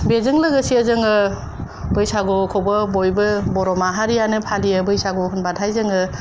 बेजों लोगोसे जोङो बैसागुखौबो बयबो बर' माहारियानो फालियो बैसागु होनबाथाय जोङो